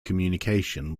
communication